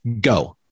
go